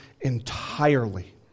entirely